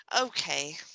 Okay